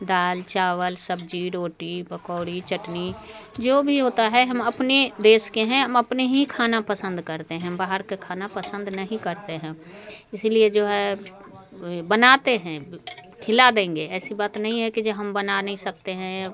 दाल चावल सब्ज़ी रोटी पकौड़ी चटनी जो भी होता है हम अपने देश के हैं हम अपने ही खाने पसंद करते हैं बाहर के खाने पसंद नहीं करते हैं इसी लिए जो है वही बनाते हैं खिला देंगे ऐसी बात नहीं है कि ये हम बना नहीं सकते हैं या